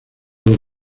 los